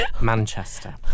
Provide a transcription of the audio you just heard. Manchester